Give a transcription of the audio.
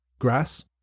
grass